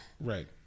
Right